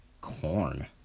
corn